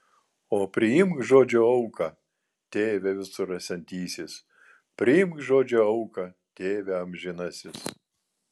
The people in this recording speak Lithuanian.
o priimk žodžio auką tėve visur esantysis priimk žodžio auką tėve amžinasis